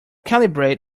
calibrate